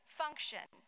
function